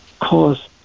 cause